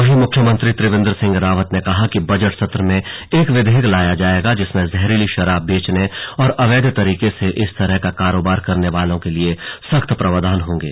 वहीं मुख्यमंत्री त्रिवेन्द्र सिंह रावत ने कहा कि बजट सत्र में एक विधेयक लाया जायेगा जिसमें जहरीली शराब बेचने और अवैध तरीके से इस तरह का कारोबार करने वालों लिए सख्त प्रावधान होंगे